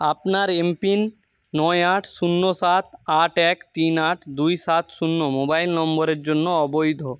আপনার এমপিন নয় আট শূন্য সাত আট এক তিন আট দুই সাত শূন্য মোবাইল নম্বরের জন্য অবৈধ